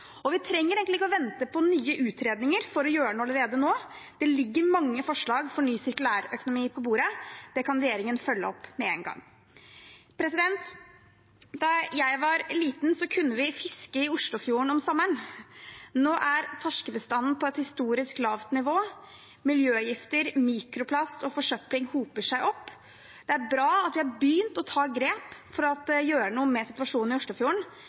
Vi trenger egentlig ikke å vente på nye utredninger for å gjøre noe allerede nå. Det ligger mange forslag for en ny, sirkulær økonomi på bordet. Det kan regjeringen følge opp med en gang. Da jeg var liten, kunne vi fiske i Oslofjorden om sommeren. Nå er torskebestanden på et historisk lavt nivå. Miljøgifter, mikroplast og forsøpling hoper seg opp. Det er bra at vi har begynt å ta grep for å gjøre noe med situasjonen i Oslofjorden,